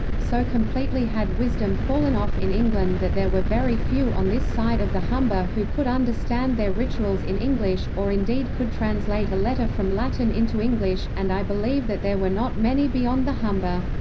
so completely had wisdom fallen off in england that there were very few on this side of the humber who could understand their rituals in english, or indeed could translate a letter from latin into english and i believe that there were not many beyond the humber.